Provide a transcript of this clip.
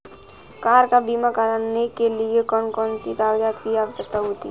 Car का बीमा करने के लिए कौन कौन से कागजात की आवश्यकता होती है?